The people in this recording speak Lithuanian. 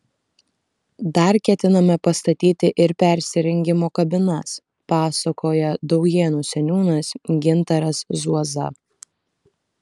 dar ketiname pastatyti ir persirengimo kabinas pasakoja daujėnų seniūnas gintaras zuoza